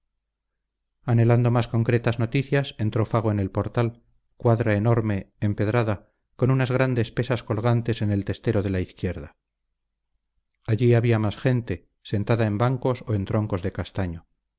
anhelando más concretas noticias entró fago en el portal cuadra enorme empedrada con unas grandes pesas colgantes en el testero de la izquierda allí había más gente sentada en bancos o en troncos de castaño